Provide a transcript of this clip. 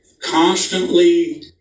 Constantly